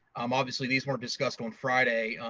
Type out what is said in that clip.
um obviously these weren't discussed on friday.